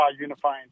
unifying